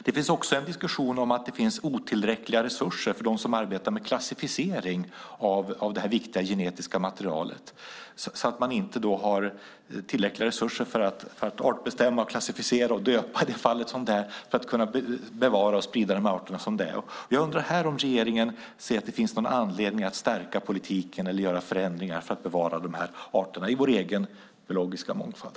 Det pågår också en diskussion om att resurserna är otillräckliga för dem som arbetar med klassificering av det viktiga genetiska materialet. Man har inte tillräckliga resurser för att artbestämma, klassificera och döpa det. Ser regeringen någon anledning att stärka politiken eller göra förändringar för att bevara dessa arter i vår egen biologiska mångfald?